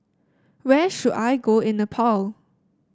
where should I go in Nepal